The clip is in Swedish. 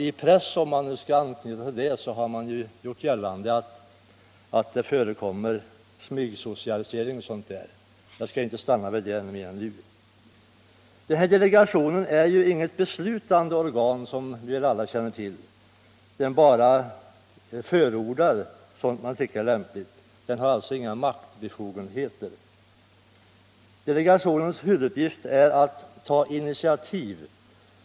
I pressen — om jag skall anknyta till det — har gjorts gällande att smygsocialisering förekommer. Jag skall inte stanna vid dessa påståenden nu. Som vi alla känner till är delegationen inte något beslutande organ. Den bara förordar vad den finner lämpligt. Den har inga maktbefogenheter. Dess huvuduppgift är att ta initiativ.